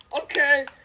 Okay